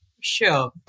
Sure